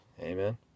amen